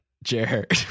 Jared